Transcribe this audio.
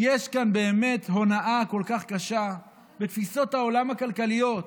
יש כאן באמת הונאה כל כך קשה בתפיסות העולם הכלכליות.